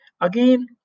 Again